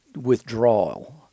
withdrawal